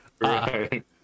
Right